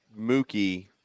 Mookie